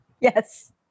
Yes